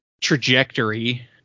trajectory